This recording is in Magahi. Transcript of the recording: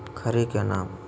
खड़ी के नाम?